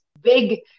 big